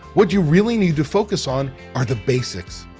what you really need to focus on are the basics.